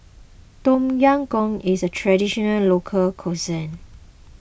Tom Yam Goong is a Traditional Local Cuisine